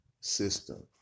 system